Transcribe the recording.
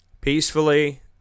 Peacefully